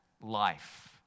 life